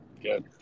good